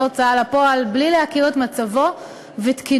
הוצאה לפועל בלי להכיר את מצבו ותקינותו.